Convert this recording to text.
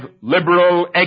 liberal